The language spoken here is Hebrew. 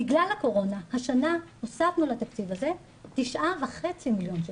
בגלל הקורונה השנה הוספנו לתקציב הזה 9.5 מלש"ח,